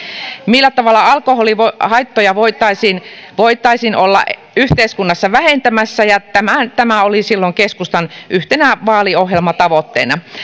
millä tavalla alkoholihaittoja voitaisiin voitaisiin olla yhteiskunnassa vähentämässä ja tämä oli silloin keskustan yhtenä vaaliohjelmatavoitteena